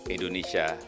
Indonesia